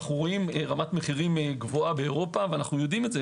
רואים רמת מחירים גבוהה באירופה ואנו יודעים את זה,